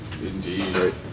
Indeed